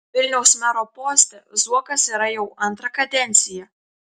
vilniaus mero poste zuokas yra jau antrą kadenciją